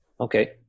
Okay